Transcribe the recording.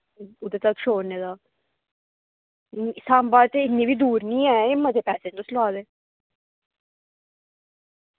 ते उद्धर तगर छोड़ने दा ते सांबा इन्नी दूर बी निं ऐ जिन्ने पैसे तुस ला दे